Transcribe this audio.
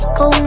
go